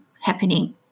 happening